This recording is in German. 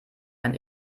ein